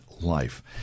life